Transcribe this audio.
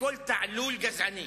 לכל תעלול גזעני.